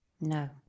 No